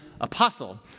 apostle